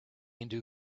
into